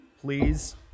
please